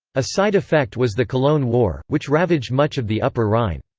a side effect was the cologne war, which ravaged much of the upper rhine.